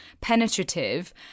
penetrative